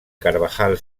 carvajal